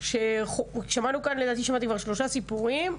שמענו כאן שלושה סיפורים,